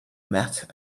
matter